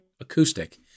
acoustic